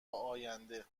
آینده